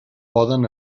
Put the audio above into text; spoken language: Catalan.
poden